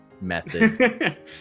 method